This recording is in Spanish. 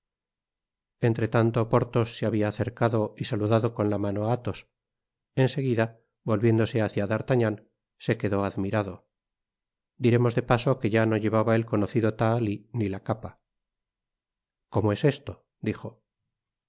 entre tanto porthos se habia acercado y saludado con la mano á athos en seguida volviéndose hacia d'artagnan se quedó admirado content from google book search generated at dirémos de paso que ya no llevaba el conocido tahalí ni la capa cómo es esto dijo